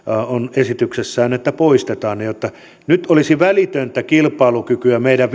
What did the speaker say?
esityksessään että poistetaan ne jotta nyt olisi välitöntä kilpailukykyä meidän